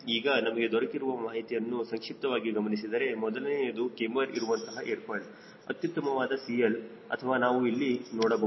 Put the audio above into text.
ಈಗ ನಮಗೆ ದೊರಕಿರುವ ಮಾಹಿತಿಯನ್ನು ಸಂಕ್ಷಿಪ್ತವಾಗಿ ಗಮನಿಸಿದರೆ ಮೊದಲನೆಯದು ಕ್ಯಾಮ್ಬರ್ ಇರುವಂತಹ ಏರ್ ಫಾಯ್ಲ್ ಅತ್ಯುತ್ತಮವಾದ CL ಅಥವಾ ನಾವು ಇಲ್ಲಿ ನೋಡಬಹುದು